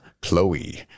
Chloe